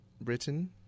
Britain